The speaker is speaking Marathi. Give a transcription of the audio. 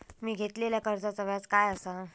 मी घेतलाल्या कर्जाचा व्याज काय आसा?